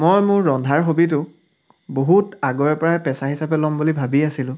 মই মোৰ ৰন্ধাৰ হবিটোক বহুত আগৰে পৰা পেছা হিচাপে ল'ম বুলি ভাবি আছিলোঁ